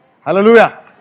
Hallelujah